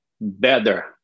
better